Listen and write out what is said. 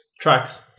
Tracks